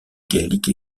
gaélique